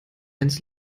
ins